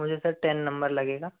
मुझे sir ten number लगेगा